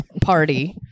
party